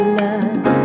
love